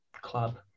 club